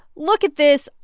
look at this.